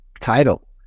title